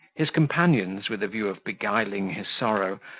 his companions, with a view of beguiling his sorrow,